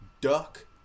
Duck